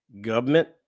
Government